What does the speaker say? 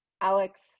Alex